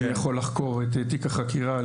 אני יכול לחקור את תיק החקירה,